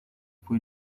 fue